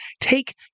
take